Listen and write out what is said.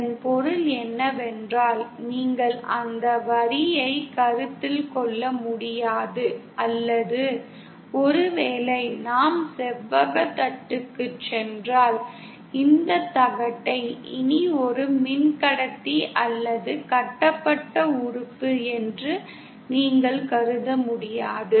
இதன் பொருள் என்னவென்றால் நீங்கள் அந்த வரியைக் கருத்தில் கொள்ள முடியாது அல்லது ஒருவேளை நாம் செவ்வகத் தட்டுக்குச் சென்றால் இந்தத் தகட்டை இனி ஒரு மின்கடத்தி அல்லது கட்டப்பட்ட உறுப்பு என்று நீங்கள் கருத முடியாது